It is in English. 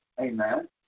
Amen